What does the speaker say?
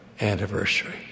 anniversary